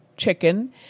chicken